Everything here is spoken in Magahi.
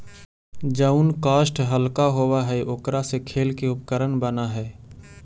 जउन काष्ठ हल्का होव हई, ओकरा से खेल के उपकरण बनऽ हई